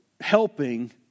helping